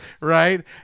right